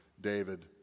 David